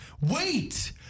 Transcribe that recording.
wait